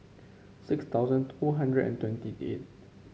six thousand two hundred and twenty eight